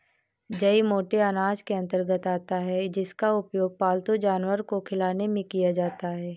जई मोटे अनाज के अंतर्गत आता है जिसका उपयोग पालतू जानवर को खिलाने में किया जाता है